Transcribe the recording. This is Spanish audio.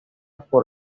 por